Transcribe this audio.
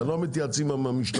אתם לא מתייעצים עם המשטרה.